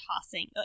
tossing